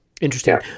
Interesting